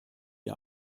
ihr